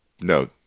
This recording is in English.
no